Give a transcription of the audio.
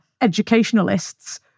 educationalists